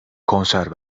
konser